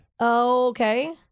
okay